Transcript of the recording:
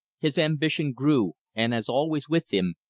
his ambition grew and, as always with him,